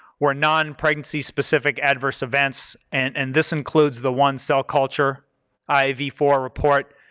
were non-pregnancy specific adverse events and this includes the one cell culture i v four report.